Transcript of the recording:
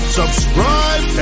subscribe